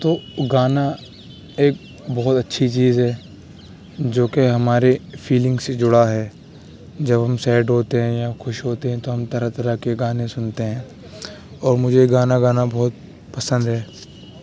تو گانا ایک بہت اچھی چیز ہے جو کہ ہمارے فیلنگ سے جڑا ہے جو ہم سیڈ ہوتے ہیں یا خوش ہوتے ہیں تو ہم طرح طرح کے گانے سنتے ہیں اور مجھے گانا گانا بہت پسند ہے